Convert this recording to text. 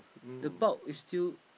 the bulk is still